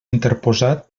interposat